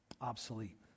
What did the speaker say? obsolete